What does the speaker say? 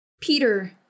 Peter